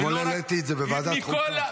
אתמול העליתי את זה בוועדת החוקה.